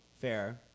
fair